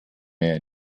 mehr